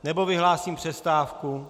Nebo vyhlásím přestávku.